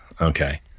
Okay